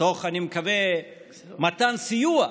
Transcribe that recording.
מקווה שתוך מתן סיוע,